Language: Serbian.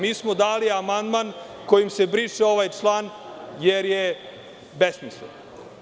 Mi smo dali amandmankojim se briše ovaj član, jer je besmisleno.